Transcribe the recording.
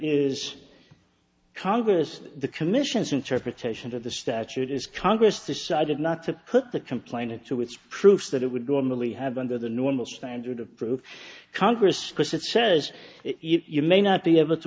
is congress the commission's interpretation of the statute is congress decided not to put the complainant to its proof that it would normally have under the normal standard of proof congress says you may not be able to